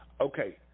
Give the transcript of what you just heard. Okay